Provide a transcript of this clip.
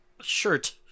shirt